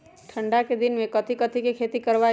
ठंडा के दिन में कथी कथी की खेती करवाई?